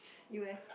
you eh